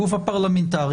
כגוף הפרלמנטרי,